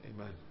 Amen